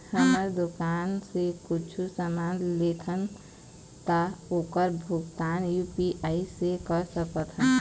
हमन दुकान से कुछू समान लेथन ता ओकर भुगतान यू.पी.आई से कर सकथन?